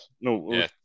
No